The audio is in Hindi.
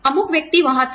अमुक व्यक्ति वहाँ था